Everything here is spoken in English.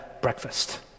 breakfast